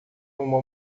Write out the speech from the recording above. uma